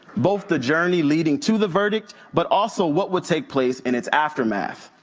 both the journey leading to the verdict, but also what would take place in its aftermath.